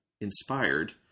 Inspired